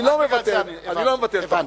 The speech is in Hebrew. אני לא מבטל את החוק,